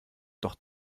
doch